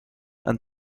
and